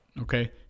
okay